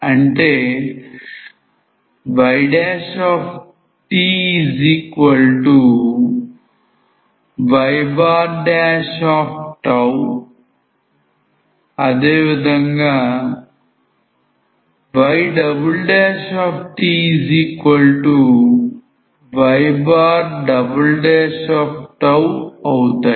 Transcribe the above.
అంటే yty ytyτఅవుతాయి